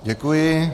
Děkuji.